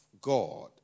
God